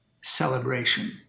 celebration